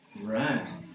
Right